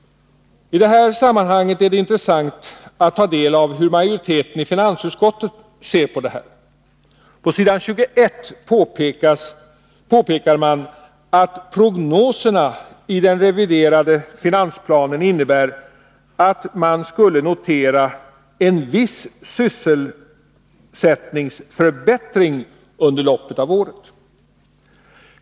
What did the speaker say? I detta sammanhang är det intressant att ta del av hur majoriteten i finansutskottet ser på detta. På s. 21 påpekar man att prognoserna i den reviderade finansplanen innebär att man skulle notera en viss sysselsättningsförbättring under loppet av året.